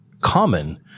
common